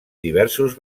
diversos